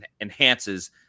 enhances